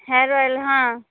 hair oil ହଁ